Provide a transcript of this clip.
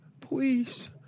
Please